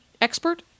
expert